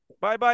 Bye-bye